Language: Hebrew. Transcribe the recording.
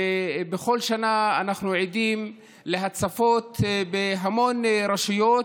ובכל שנה אנחנו עדים להצפות בהמון רשויות,